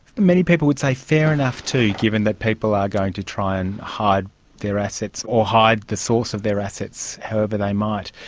many people would say fair enough too, given that people are going to try and hide their assets or hide the source of their assets, however they might.